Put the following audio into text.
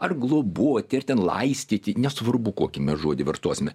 ar globoti ar ten laistyti nesvarbu kokį mes žodį vartosime